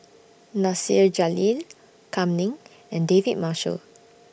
Nasir Jalil Kam Ning and David Marshall